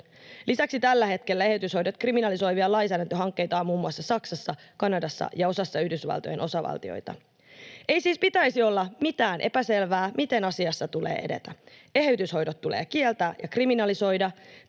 Lisäksi tällä hetkellä eheytyshoidot kriminalisoivia lainsäädäntöhankkeita on muun muassa Saksassa, Kanadassa ja osassa Yhdysvaltojen osavaltioita. Ei siis pitäisi olla mitään epäselvää, miten asiassa tulee edetä. Eheytyshoidot tulee kieltää ja kriminalisoida